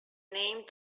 named